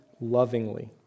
lovingly